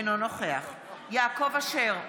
אינו נוכח יעקב אשר,